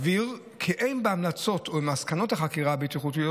אבהיר כי אין בהמלצות או במסקנות החקירה הבטיחותיות